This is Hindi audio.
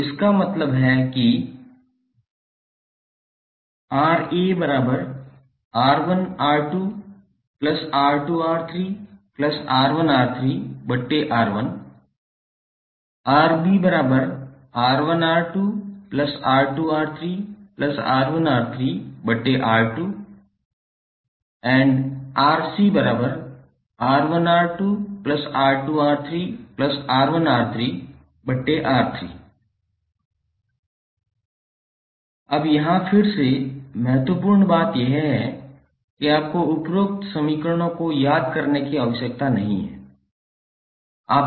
तो इसका मतलब है कि 𝑅𝑎𝑅1𝑅2𝑅2𝑅3𝑅1𝑅3𝑅1 𝑅𝑏𝑅1𝑅2𝑅2𝑅3𝑅1𝑅3𝑅2 𝑅𝑐𝑅1𝑅2𝑅2𝑅3𝑅1𝑅3𝑅3 अब यहां फिर से महत्वपूर्ण बात यह है कि आपको उपरोक्त समीकरणों को याद करने की आवश्यकता नहीं है